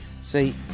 see